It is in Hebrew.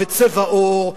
וצבע עור,